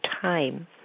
time